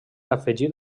afegit